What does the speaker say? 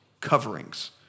coverings